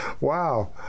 Wow